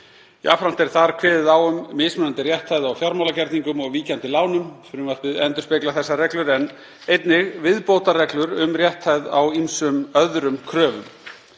Jafnframt er þar kveðið á um mismunandi rétthæð á fjármagnsgerningum og víkjandi lánum. Frumvarpið endurspeglar þessar reglur en einnig viðbótarreglur um rétthæð á ýmsum öðrum kröfum.